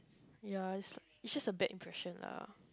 ya it's it's just a bad impression lah